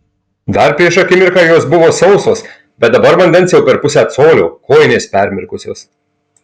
dar prieš akimirką jos buvo sausos bet dabar vandens jau per pusę colio kojinės permirkusios